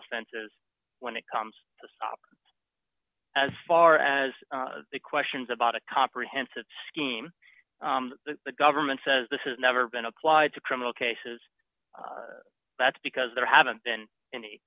offenses when it comes to stop as far as the questions about a comprehensive scheme the government says this is never been applied to criminal cases that's because there haven't been any